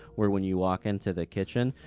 where when you walk into the kitchen,